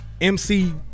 MC